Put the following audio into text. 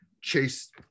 chase